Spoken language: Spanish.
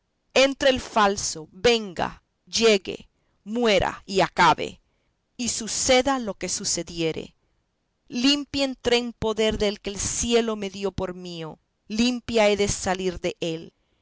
entre el falso venga llegue muera y acabe y suceda lo que sucediere limpia entré en poder del que el cielo me dio por mío limpia he de salir dél